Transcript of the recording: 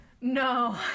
No